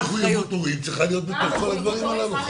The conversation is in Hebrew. הורים צריכה להיות בתוך כל הדברים הללו,